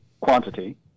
quantity